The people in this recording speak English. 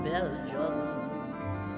Belgians